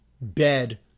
bed